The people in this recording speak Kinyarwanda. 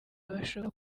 bashobora